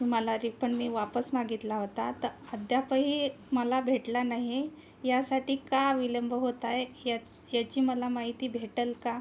तुम्हाला रिफंड मी वापस मागितला होता तर अद्यापही मला भेटला नाही यासाठी का विलंब होत आहे या याची मला माहिती भेटेल का